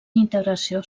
integració